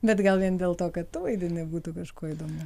bet gal vien dėl to kad tu vaidini būtų kažkuo įdomu